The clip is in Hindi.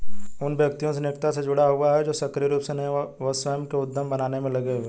उन व्यक्तियों से निकटता से जुड़ा हुआ है जो सक्रिय रूप से नए स्वयं के उद्यम बनाने में लगे हुए हैं